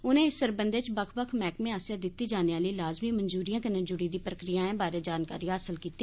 उनें इस सरबंधी च बक्ख बक्ख मैहकमें आस्सेआ दिती जाने आली लाजमी मंजूरिए कन्नै जुड़ी दी प्रक्रियाएं बारै जानकारी हासल कीती